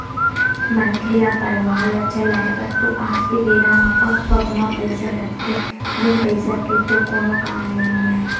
मनखे ल परवार ल चलाय बर तो आज के बेरा म पग पग म पइसा लगथे बिन पइसा के तो कोनो काम नइ होवय